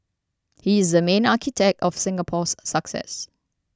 he is the main architect of Singapore's success